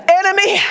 enemy